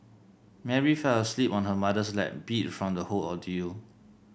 Mary fell asleep on her mother's lap beat from the whole ordeal